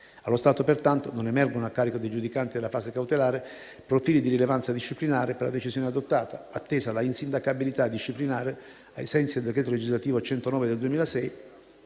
Allo stato, pertanto, non emergono, a carico dei giudicanti della fase cautelare, profili di rilevanza disciplinare per la decisione adottata, attesa l'insindacabilità disciplinare ai sensi del decreto legislativo n. 109 del 2006,